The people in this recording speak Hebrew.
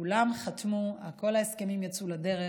כולם חתמו, כל ההסכמים יצאו לדרך,